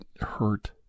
hurt